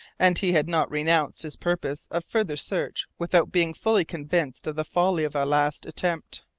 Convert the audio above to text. and he had not renounced his purpose of further search without being fully convinced of the folly of a last attempt.